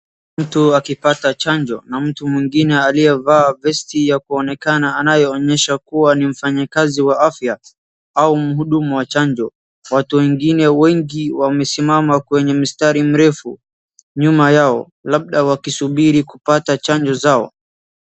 Mtu akipata chanjo na mtu mwingine aliyevaa vesti ya kuonekana anayeonyesha kuwa ni mfanyakazi wa afya au mhudumu wa chanjo. Watu wengine wengi wamesimama kwenye mistari mrefu nyuma yao labda wakisubiri kupata chanjo zao.